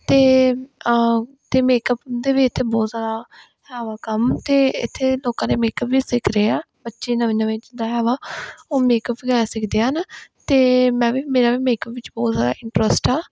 ਅਤੇ ਅਤੇ ਮੇਕਅਪ ਦੇ ਵਿੱਚ ਤਾਂ ਬਹੁਤ ਜ਼ਿਆਦਾ ਹੈ ਵਾ ਕੰਮ ਅਤੇ ਇੱਥੇ ਲੋਕਾਂ ਨੇ ਮੇਕਅਪ ਵੀ ਸਿੱਖ ਰਹੇ ਆ ਬੱਚੇ ਨਵੇਂ ਨਵੇਂ ਜਿੱਦਾਂ ਹੈ ਵਾ ਉਹ ਮੇਕਅਪ ਵਗੈਰਾ ਸਿੱਖਦੇ ਹਨ ਅਤੇ ਮੈਂ ਵੀ ਮੇਰਾ ਵੀ ਮੇਕਅਪ ਵਿੱਚ ਬਹੁਤ ਜ਼ਿਆਦਾ ਇੰਟਰਸਟ ਆ